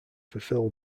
fulfill